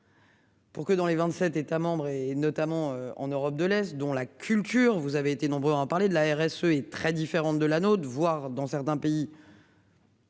Pour que dans les 27 États membres et notamment en Europe de l'Est dont la culture, vous avez été nombreux à en parler de la RSE, est très différente de la notre, voire dans certains pays.